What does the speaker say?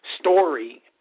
story